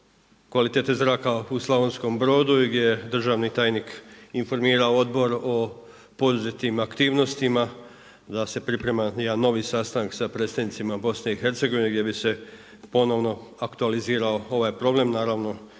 kvalitete zraka u Slavonskom Brodu i gdje državni tajnik informirao odbor o poduzetim aktivnostima, da se priprema jedan novi sastanak sa predstavnicima BIH gdje bi se ponovno aktualizirao ovaj problem,